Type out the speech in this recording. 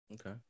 okay